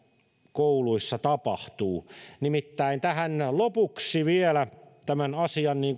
kouluissa tapahtuu nimittäin tähän lopuksi vielä niin kuin tämän asian